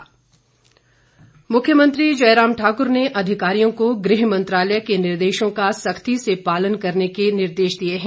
जयराम मुख्यमंत्री जयराम ठाकुर ने अधिकारियों को गृह मंत्रालय के निर्देशों का सख्ती से पालन करने के निर्देश दिए हैं